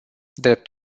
drept